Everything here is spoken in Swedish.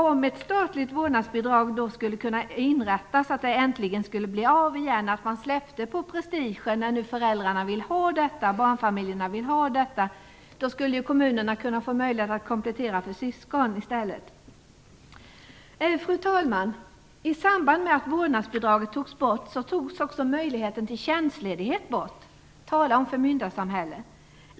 Om ett statligt vårdnadsbidrag skulle återinrättas - om man äntligen kunde släppa på prestigen eftersom barnfamiljerna vill ha detta bidrag - skulle kommunerna ha möjlighet att komplettera för syskon i stället. Fru talman! I samband med att vårdnadsbidraget togs bort togs också möjligheten till tjänstledighet bort. Tala om förmyndarsamhälle!